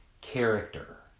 character